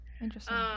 Interesting